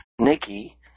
nikki